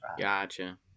Gotcha